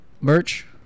Merch